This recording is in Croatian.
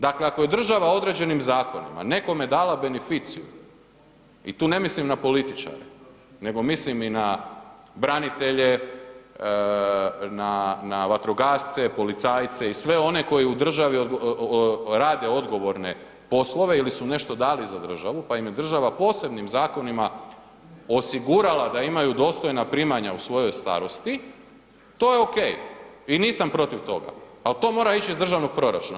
Dakle, ako je država određenim zakonima nekome dala beneficiju i tu ne mislim na političare nego mislim i na branitelje, na, na vatrogasce, policajce i sve one koji u državi rade odgovorne poslove ili su nešto dali za državu, pa im je država posebnim zakonima osigurala da imaju dostojna primanja u svojoj starosti, to je okej i nisam protiv toga, al to mora ić iz državnog proračuna.